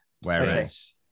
Whereas